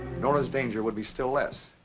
nora's danger would be still less.